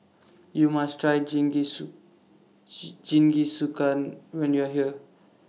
YOU must Try Jingisukan when YOU Are here